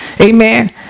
Amen